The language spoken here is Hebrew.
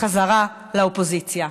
בחזרה לאופוזיציה.